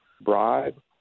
bribe